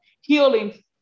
healing